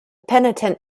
penitent